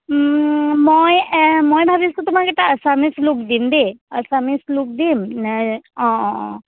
মই মই ভাবিছোঁ তোমাক এটা আছামিজ লুক দিম দেই আছামিজ লুক দিম নে অঁ অঁ অঁ